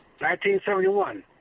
1971